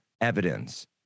evidence